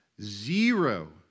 zero